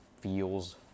feels